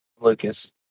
Lucas